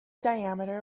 diameter